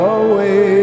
away